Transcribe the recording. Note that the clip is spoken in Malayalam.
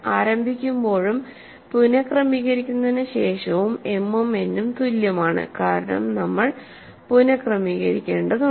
ആരംഭിക്കുമ്പോഴും പുനക്രമീകരിക്കുന്നതിന് ശേഷവും m ഉം n ഉം തുല്യമാണ് കാരണം നമ്മൾ പുനക്രമീകരിക്കേണ്ടതുണ്ട്